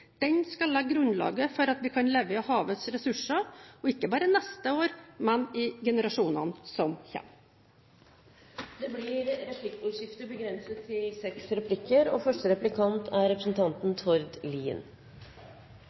den miljørettede forskningen for forvaltningen. Den skal legge grunnlaget for at vi kan leve av havets ressurser, ikke bare neste år, men i generasjonene som kommer. Det blir replikkordskifte. Dette er